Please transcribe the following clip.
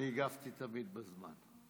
אני הגבתי תמיד בזמן.